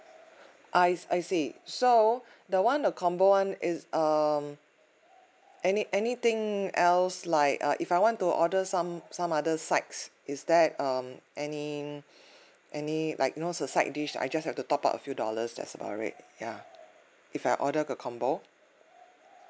I I see so the one the combo [one] is um any anything else like uh if I want to order some some other sides is there um any any like you know the side dish I just have to top up a few dollars that's about it ya if I order a combo